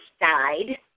died